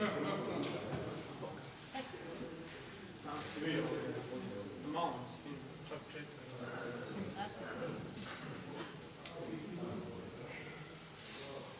Hvala.